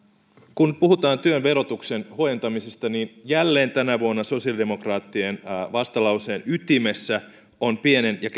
kun puhutaan työn verotuksen huojentamisesta niin jälleen tänä vuonna sosiaalidemokraattien vastalauseen ytimessä on pieni ja